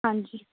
ਹਾਂਜੀ